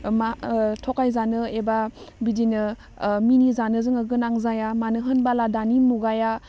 मा थगायजानो एबा बिदिनो मिनिजानो जोङो गोनां जाया मानो होनबाला दानि मुगाया